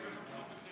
היא פה.